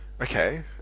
Okay